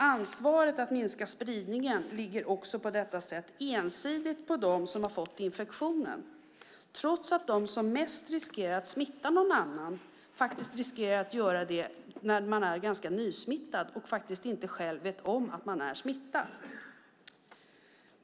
Ansvaret att minska spridningen ligger på detta sätt ensidigt på dem som fått infektionen, trots att de som mest riskerar att smitta någon annan är de som är nysmittade och alltså inte vet om att de är smittade.